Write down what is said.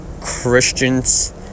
christians